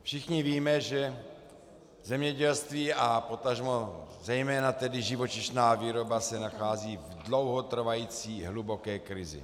Všichni víme, že zemědělství a potažmo zejména živočišná výroba se nachází v dlouhotrvající hluboké krizi.